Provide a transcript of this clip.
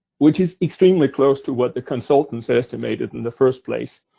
which is extremely close to what the consultants estimated in the first place.